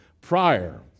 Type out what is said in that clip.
prior